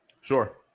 Sure